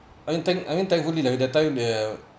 I mean thank I mean thankfully lah that time the